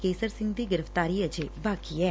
ਕੇਸਰ ਸਿੰਘ ਦੀ ਗ੍ਰਿਫ਼ਤਾਰੀ ਅਜੇ ਬਾਕੀ ਐ